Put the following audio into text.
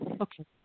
Okay